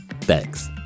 Thanks